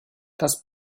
das